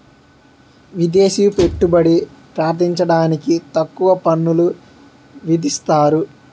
విదేశీ పెట్టుబడి ప్రార్థించడానికి తక్కువ పన్నులు విధిస్తారు